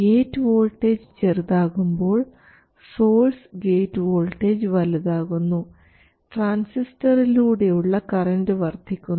gate voltage ചെറുതാകുമ്പോൾ source gate voltage വലുതാകുന്നു ട്രാൻസിസ്റ്ററിലൂടെയുള്ള കറൻറ് വർദ്ധിക്കുന്നു